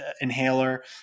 inhaler